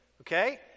okay